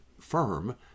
firm